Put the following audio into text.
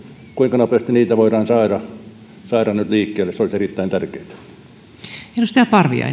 kuinka nopeasti näitä hankeyhtiöitä voidaan saada nyt liikkeelle se olisi erittäin tärkeätä arvoisa rouva puhemies